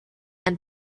and